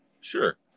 sure